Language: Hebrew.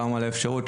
גם על האפשרות.